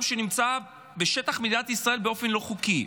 שנמצא בשטח מדינת ישראל באופן לא חוקי,